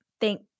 Thank